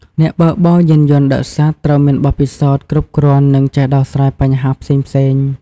អ្នកបើកបរយានយន្តដឹកសត្វ ត្រូវមានបទពិសោធន៍គ្រប់គ្រាន់ និងចេះដោះស្រាយបញ្ហាផ្សេងៗ។